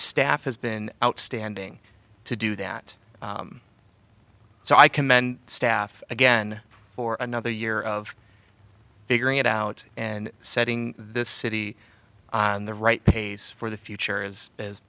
staff has been outstanding to do that so i commend staff again for another year of figuring it out and setting this city on the right pace for the future is